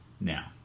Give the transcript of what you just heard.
now